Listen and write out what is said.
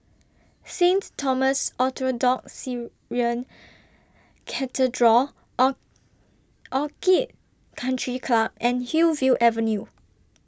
Saint Thomas Orthodox Syrian Cathedral O Orchid Country Club and Hillview Avenue